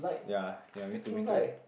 ya ya me too me too